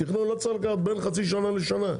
תכנון צריך לקחת בין חצי שנה לשנה.